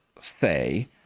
say